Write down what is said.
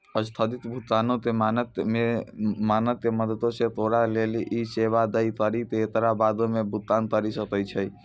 अस्थगित भुगतानो के मानक के मदतो से तोरा लेली इ सेबा दै करि के एकरा बादो मे भुगतान करि सकै छै